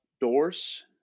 doors